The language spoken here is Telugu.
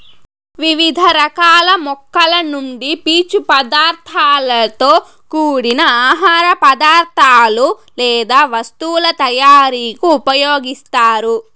వివిధ రకాల మొక్కల నుండి పీచు పదార్థాలతో కూడిన ఆహార పదార్థాలు లేదా వస్తువుల తయారీకు ఉపయోగిస్తారు